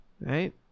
Right